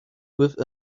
with